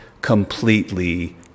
completely